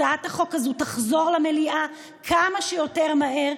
הצעת החוק הזאת תחזור למליאה כמה שיותר מהר,